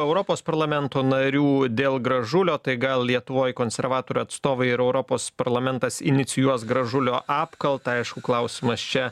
europos parlamento narių dėl gražulio tai gal lietuvoj konservatorių atstovai ir europos parlamentas inicijuos gražulio apkaltą aišku klausimas čia